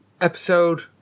episode